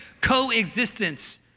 coexistence